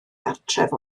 gartref